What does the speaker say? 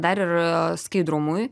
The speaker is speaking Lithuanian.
dar ir skaidrumui